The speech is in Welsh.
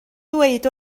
ddweud